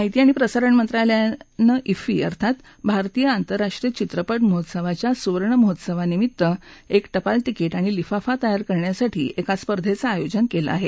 माहिती आणि प्रसारण मंत्रालयानं क्रिफ अर्थात भारतीय आंतरराष्ट्रीय वित्रपट महोत्सवाच्या सुवर्ण महोत्सवानिमित्त एक टपाल तिकीट आणि लिफाफा तयार करण्यासाठी एका स्पर्धेचं आयोजन केलं आहे